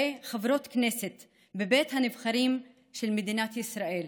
חברות כנסת בבית הנבחרים של מדינת ישראל,